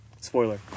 Spoiler